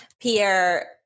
Pierre